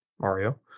Mario